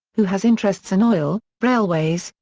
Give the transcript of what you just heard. who has interests in oil, railways,